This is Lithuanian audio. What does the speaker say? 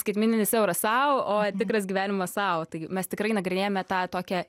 skaitmeninis euras sau o tikras gyvenimas sau mes tikrai nagrinėjame tą tokią